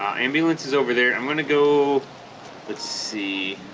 ambulance is over there i'm gonna go let's see